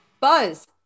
Buzz